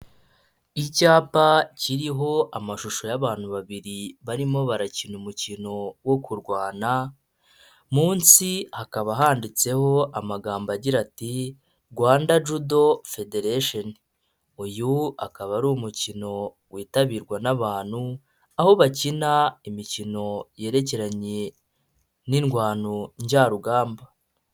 Icyapa kiriho amashusho y'abantu babiri barimo barakina umukino wo kurwana, munsi hakaba handitseho amagambo agira ati Rwanda Judo federetion, uyu akaba ari umukino witabirwa n'abantu, aho bakina imikino yerekeranye n'indwano njyarugamba.